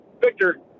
Victor